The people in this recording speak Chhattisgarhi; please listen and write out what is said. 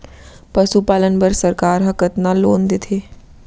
पशुपालन बर सरकार ह कतना लोन देथे?